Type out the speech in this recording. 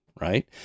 Right